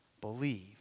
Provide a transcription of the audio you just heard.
believe